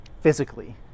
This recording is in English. physically